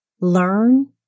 Learn